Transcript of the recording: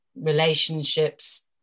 relationships